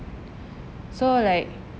so like